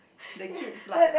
the kids like